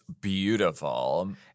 beautiful